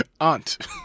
Aunt